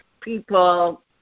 people